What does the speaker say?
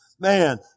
Man